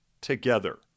together